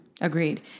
Agreed